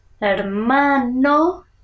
Hermano